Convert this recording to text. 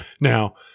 now